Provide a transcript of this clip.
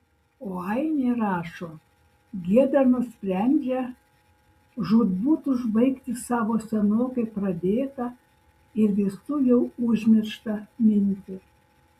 o ainė rašo giedra nusprendžia žūtbūt užbaigti savo senokai pradėtą ir visų jau užmirštą mintį